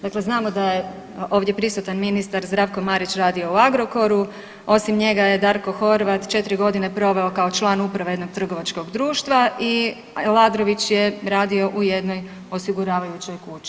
Dakle, znamo da je ovdje prisutan ministar Zdravko Marić radio u Agrokoru, osim njega je Darko Horvat 4 godine proveo kao član uprave jednog trgovačkog društva i Aladrović je radio u jednoj osiguravajućoj kući.